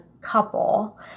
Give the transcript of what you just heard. couple